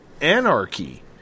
anarchy